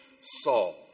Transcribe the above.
Saul